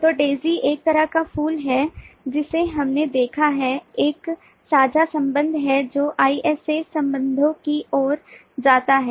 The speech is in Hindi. तो डेज़ी एक तरह का फूल है जिसे हमने देखा है एक साझा संबंध है जो IS A संबंधों की ओर जाता है